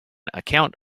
account